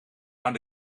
aan